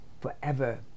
forever